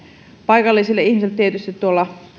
paikallisille ihmisille tuolla